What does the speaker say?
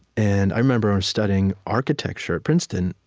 and i remember um studying architecture at princeton,